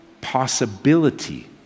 possibility